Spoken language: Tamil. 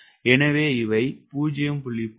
எனவே இவை 0